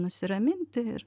nusiraminti ir